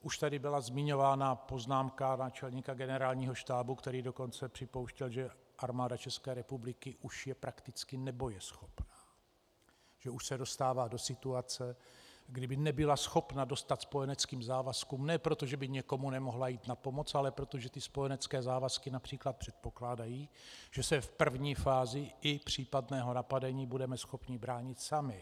Už tady byla zmiňována poznámka náčelníka Generálního štábu, který dokonce připouštěl, že Armáda České republiky už je prakticky nebojeschopná, že už se dostává do situace, kdy by nebyla schopna dostát spojeneckým závazkům ne proto, že by někomu nemohla jít na pomoc, ale protože ty spojenecké závazky například předpokládají, že se v první fázi i případného napadení budeme schopni bránit sami.